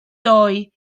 doi